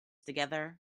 together